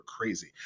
crazy